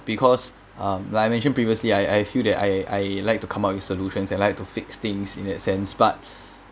because um like I mentioned previously I I feel that I I like to come up with solutions and like to fix things in that sense but